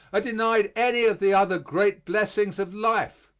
are denied any of the other great blessings of life.